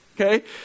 okay